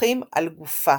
פרחים על גופה.